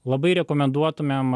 labai rekomenduotumėm